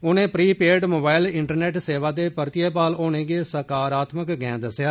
उनें prepaid mobile internet सेवा दे परितयै बहाल होने गी सकारात्मक गैंड दस्सेआ